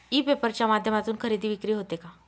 E paper च्या माध्यमातून खरेदी विक्री होते का?